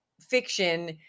fiction